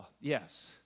Yes